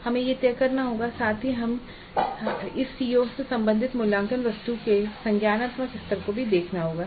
यह हमें तय करना होगा साथ ही इस सीओ से संबंधित मूल्यांकन वस्तुओं के संज्ञानात्मक स्तर को भी देखना होगा